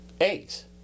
eggs